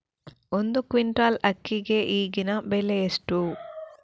ಒಂದು ಕ್ವಿಂಟಾಲ್ ಅಕ್ಕಿಗೆ ಈಗಿನ ಬೆಲೆ ಎಷ್ಟು?